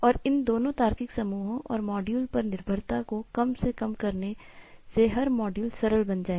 और इन दोनों तार्किक समूहों और मॉड्यूल पर निर्भरता को कम करने से हर मॉड्यूल सरल बन जाएंगे